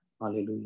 Hallelujah